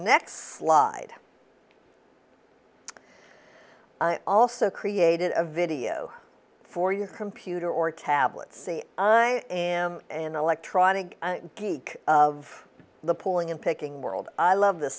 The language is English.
next slide also created a video for your computer or tablet see i am an electronic geek of the pulling in picking world i love this